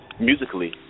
Musically